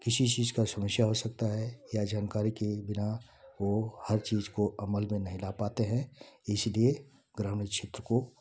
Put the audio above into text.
किसी चीज़ का समस्या हो सकता है या जानकारी के लिए बिना वो हर चीज को अमल में नहीं रह पाते हैं इसलिए ग्रामीण क्षेत्र को